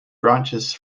branches